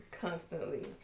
constantly